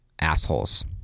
assholes